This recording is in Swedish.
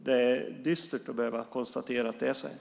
Det är dystert att behöva konstatera att det är så här.